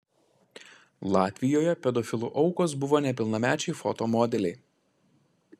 latvijoje pedofilų aukos buvo nepilnamečiai foto modeliai